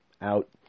out